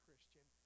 Christian